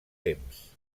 temps